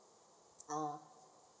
ah